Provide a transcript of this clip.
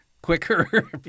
Quicker